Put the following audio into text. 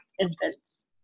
infants